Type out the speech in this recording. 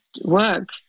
work